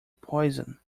poison